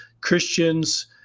Christians